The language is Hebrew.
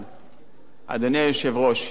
אדוני היושב-ראש,